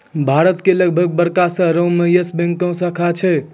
भारत के लगभग बड़का शहरो मे यस बैंक के शाखा छै